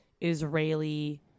Israeli